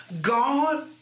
God